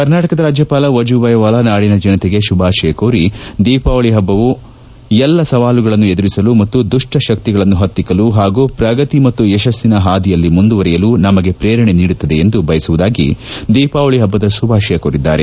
ಕರ್ನಾಟಕದ ರಾಜ್ಯಪಾಲ ವಜುಭಾಯಿವಾಲಾ ನಾದಿನ ಜನತೆಗೆ ಶುಭಾಶಯ ಕೋರಿ ದೀಪಾವಳಿ ಹಬ್ಬವು ಎಲ್ಲ ಸವಾಲುಗಳನ್ನು ಎದುರಿಸಲು ಮತ್ತು ದುಷ್ವಶಕ್ತಿಗಳನ್ನು ಹತ್ತಿಕ್ಕಲು ಹಾಗೂ ಪ್ರಗತಿ ಮತ್ತು ಯಶಸ್ಸಿನ ಹಾದಿಯಲ್ಲಿ ಮುಂದುವರಿಯಲು ನಮಗೆ ಪ್ರೇರಣೆ ನೀಡುತ್ತದೆ ಎಂದು ಬಯಸುವುದಾಗಿ ದೀಪಾವಳಿ ಹಬ್ಬದ ಶುಭಾಶಯ ಕೋರಿದ್ದಾರೆ